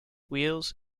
wheels